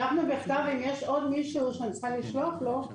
שלחנו בכתב ואם יש עוד מישהו שאני צריכה לשלוח לו,